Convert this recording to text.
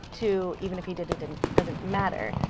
to even if he did it it doesn't matter.